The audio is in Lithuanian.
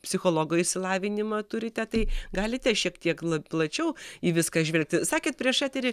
psichologo išsilavinimą turite tai galite šiek tiek plačiau į viską žvelgti sakėt prieš eterį